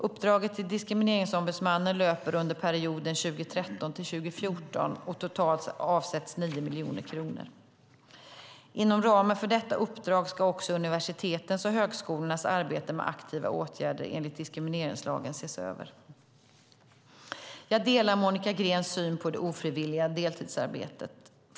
Uppdraget till Diskrimineringsombudsmannen löper under perioden 2013-2014, och totalt avsätts 9 miljoner kronor. Inom ramen för detta uppdrag ska också universitetens och högskolornas arbete med aktiva åtgärder enligt diskrimineringslagen ses över. Jag delar Monica Greens syn på det ofrivilliga deltidsarbetet.